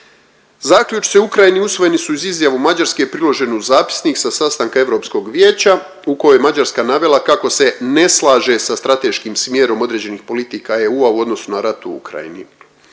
Zaključci o Ukrajini usvojeni su uz izjavu Mađarske priloženu u zapisnik sa sastanka Europskog vijeća u kojoj je Mađarska navela kako se ne slaže sa strateškim smjerom određenih politika EU u odnosu na rat u Ukrajini.